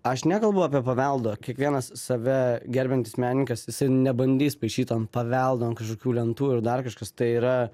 aš nekalbu apie paveldo kiekvienas save gerbiantis menininkas jisai nebandys paišyt ant paveldo ant kažkokių lentų ir dar kažkas tai yra